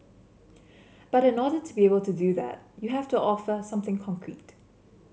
but in order to be able to do that you have to offer something concrete